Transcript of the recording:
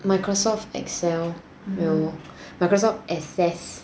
Microsoft Excel no Microsoft access